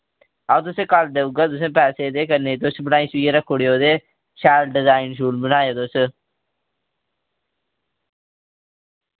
आऊं तुसें कल देऊगा तुसें पैसे ते कन्नै तुस बनाई शुइयै रक्खुड़ेओ ते शैल डिजाइन शुन बनायो तुस